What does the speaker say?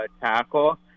tackle